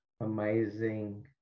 amazing